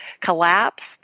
collapsed